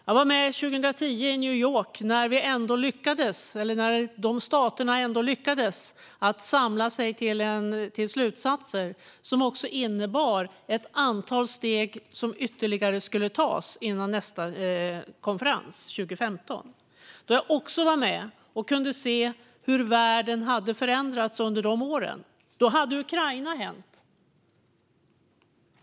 Jag var med i New York 2010, när staterna ändå lyckades samla sig till slutsatser som innebar att ett antal ytterligare steg skulle tas före nästa konferens 2015. Även då var jag med, och jag kunde se hur världen hade förändrats under de åren. Då hade Ukraina hänt.